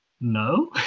no